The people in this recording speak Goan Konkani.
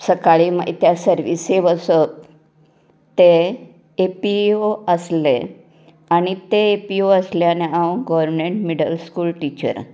सकाळी मायत्याक सर्वीसेक वचप ते ए पी ओ आसले आनी ते ए पी ओ आसले आनी हांव गवर्नमेंन्ट मिडल स्कूल टिचर